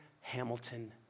Hamilton